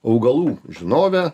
augalų žinovė